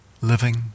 living